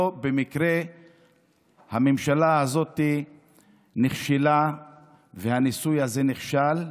לא במקרה הממשלה הזאת נכשלה והניסוי הזה נכשל,